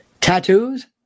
tattoos